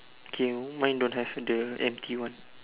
okay mine don't have the empty one